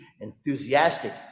enthusiastic